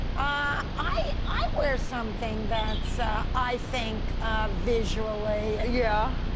ah i i wear something that's i think visually ah yeah